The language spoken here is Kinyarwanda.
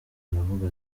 aravuga